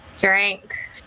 Drink